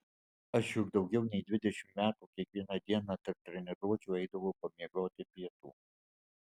aš juk daugiau nei dvidešimt metų kiekvieną dieną tarp treniruočių eidavau pamiegoti pietų